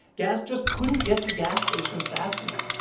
gas just couldn't get to gas stations fast enough.